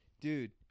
Dude